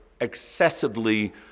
excessively